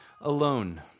alone